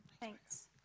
Thanks